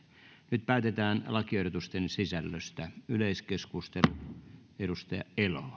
nyt päätetään lakiehdotusten sisällöstä